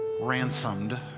ransomed